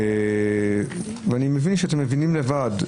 אתם מבינים לבד,